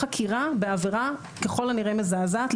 יש חקירה בעבירה ככל הנראה מזעזעת,